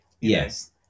Yes